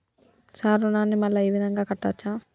Sir రుణాన్ని మళ్ళా ఈ విధంగా కట్టచ్చా?